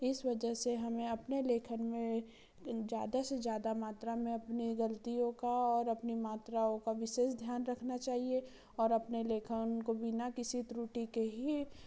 इस वजह से हमें अपने लेखन में ज्यादा से ज्यादा मात्रा में अपनी गलतियों का और अपनी मात्राओं का विशेष ध्यान रखना चाहिए और अपने लेखन को बिना किसी त्रुटि के ही